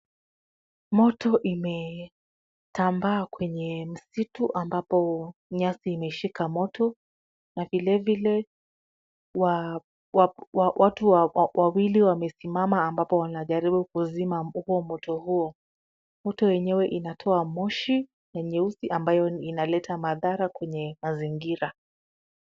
Moto imetambaa kwenye msitu ambapo nyasi imeshika moto na vilevile watu wawili wamesimama ambapo wanajaribu kuzima moto huo. Moto yenyewe inatoa moshi ya nyeusi ambayo inaleta madhara kwenye mazingira.